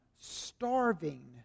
starving